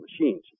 machines